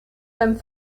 beim